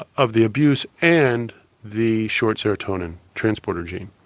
of the abuse and the short serotonin transporter gene.